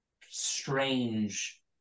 strange